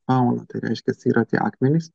fauna tai reiškias yra tie akmenys